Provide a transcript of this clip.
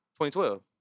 2012